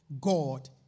God